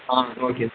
ஆ okay